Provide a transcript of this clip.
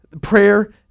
prayer